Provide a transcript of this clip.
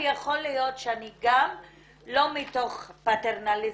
ויכול להיות שלא מתוך פטרנליזם,